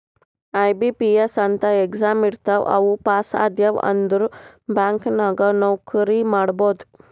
IBPS ಅಂತ್ exam ಇರ್ತಾವ್ ಅವು ಪಾಸ್ ಆದ್ಯವ್ ಅಂದುರ್ ಬ್ಯಾಂಕ್ ನಾಗ್ ನೌಕರಿ ಮಾಡ್ಬೋದ